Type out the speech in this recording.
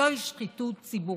זוהי שחיתות ציבורית.